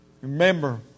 Remember